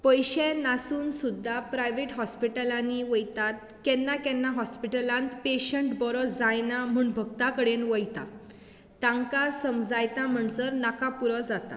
पयशे नासून सुद्दा प्रायवेट हॉस्पिटलांनी वयतात केन्ना केन्ना हॉस्पिटलांत पेश्टं बरो जायना म्हणून भक्ता कडेन वयतात तांकां समजायता म्हणसर नाका पुरो जाता